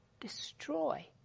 destroy